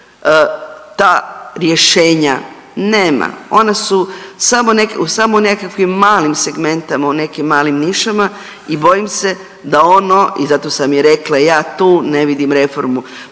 ta rješenja nema, ona su samo neka…, samo u nekakvim malim segmentama, u nekim malim nišama i bojim se da ono i zato sam i rekla ja tu ne vidim reformu.